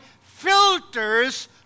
filters